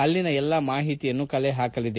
ಅಲ್ಲಿನ ಎಲ್ಲಾ ಮಾಹಿತಿಯನ್ನು ಕಲೆ ಹಾಕಲಿದೆ